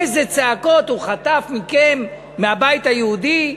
איזה צעקות הוא חטף מכם, מהבית היהודי.